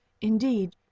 Indeed